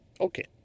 Okay